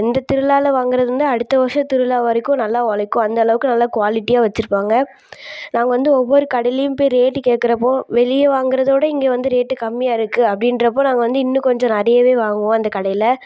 இந்த திருவிழால வாங்குகிறது வந்து அடுத்த வருஷம் திருவிழா வரைக்கும் நல்லா உலைக்கும் அந்த அளவுக்கு நல்லா க்வாலிட்டியாக வச்சிருப்பாங்க நாங்கள் வந்து ஒவ்வொரு கடைலேயும் போய் ரேட்டு கேட்குறப்போ வெளியே வாங்குறதவிட இங்கே வந்து ரேட்டு கம்மியாக இருக்குது அப்படின்றப்போ நாங்கள் வந்து இன்னும் கொஞ்சம் நிறையவே வாங்குவோம் அந்த கடையில்